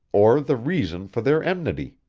or the reason for their enmity!